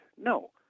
No